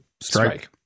Strike